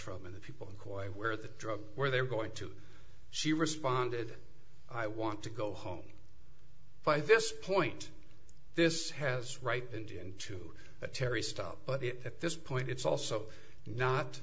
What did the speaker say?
from and the people inquired where the drugs where they were going to she responded i want to go home by this point this has right into a terry stop but at this point it's also